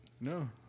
No